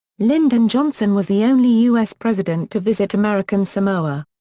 lyndon johnson was the only u s. president to visit american samoa.